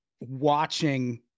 watching